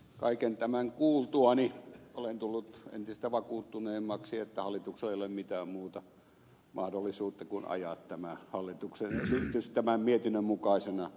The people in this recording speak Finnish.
kaiken tämän kuultuani olen tullut entistä vakuuttuneemmaksi että hallituksella ei ole mitään muuta mahdollisuutta kuin ajaa tämä hallituksen esitys tämän mietinnön mukaisena läpi